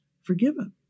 forgiven